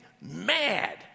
mad